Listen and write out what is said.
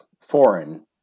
foreign